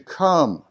come